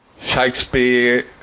Shakespeare